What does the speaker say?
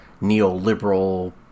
neoliberal